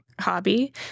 hobby